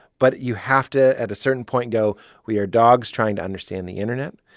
but you have to, at a certain point, go we are dogs trying to understand the internet.